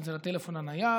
אם זה לטלפון הנייד,